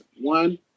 one